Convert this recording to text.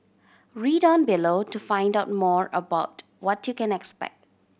read on below to find out more about what you can expect